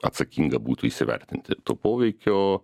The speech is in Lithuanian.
atsakinga būtų įsivertinti to poveikio